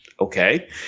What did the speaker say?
Okay